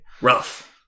rough